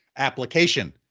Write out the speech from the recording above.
application